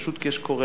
פשוט כי יש קורלציה,